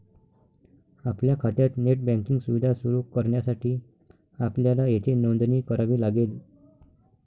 आपल्या खात्यात net banking सुविधा सुरू करण्यासाठी आपल्याला येथे नोंदणी करावी लागेल